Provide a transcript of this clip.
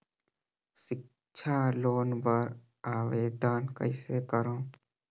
सिक्छा लोन बर आवेदन कइसे करव?